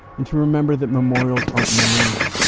and to remember that memorials aren't memories.